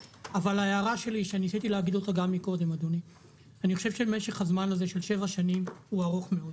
וההערה - אני חושב שמשך הזמן של שבע שנים הוא ארוך מאוד.